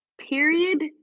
Period